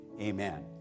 amen